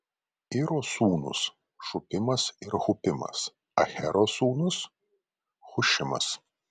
iro sūnūs šupimas ir hupimas ahero sūnus hušimas